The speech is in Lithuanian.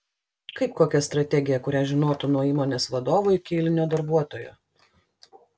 kaip kokia strategija kurią žinotų nuo įmonės vadovo iki eilinio darbuotojo